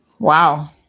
Wow